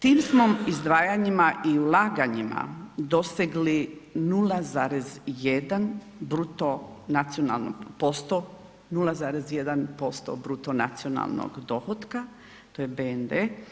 Tim smo izdvajanjima i ulaganjima doseli 0,1 bruto nacionalni posto, 0,1% bruto nacionalnog dohotka, to je BND.